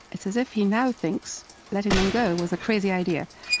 it's as if he now thinks letting them go was a crazy idea.